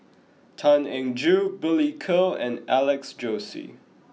Tan Eng Joo Billy Koh and Alex Josey